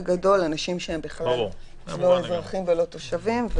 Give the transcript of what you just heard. אנשים שהם בכלל לא אזרחים ולא תושבים,